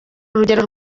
urugero